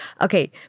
Okay